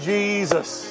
Jesus